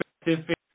specific